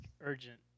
urgent